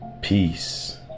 peace